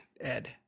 Ed